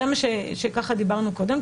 זה מה שדיברנו קודם,